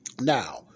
Now